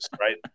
right